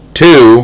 two